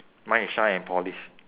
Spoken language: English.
mine is shine and polish